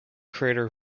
crater